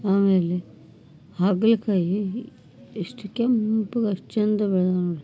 ಆಮೇಲೆ ಹಾಗಲಕಾಯಿ ಎಷ್ಟು ಕೆಂಪಗೆ ಅಷ್ಟು ಚೆಂದ ಬೆಳ್ದಾವೆ ನೋಡಿ